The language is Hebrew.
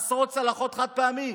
עשרות צלחות חד-פעמיות,